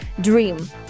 dream